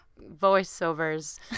voiceovers